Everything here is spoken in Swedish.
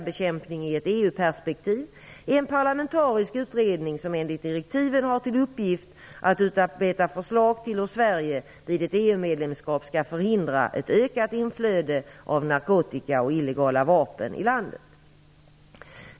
BU-perspektiv, är en parlamentarisk utredning som enligt direktiven har till uppgift att utarbeta förslag till hur Sverige vid ett BU-rnedlemskap skall förhindra ett ökat inflöde av narkotika och illegala vapen i landet.